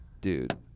dude